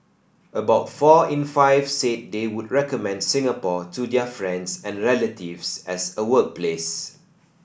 about four in five said they would recommend Singapore to their friends and relatives as a workplace